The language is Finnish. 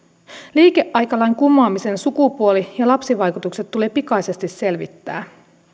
liikeaikalain kumoamisen sukupuoli ja lapsivaikutukset tulee pikaisesti selvittää